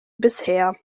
bisher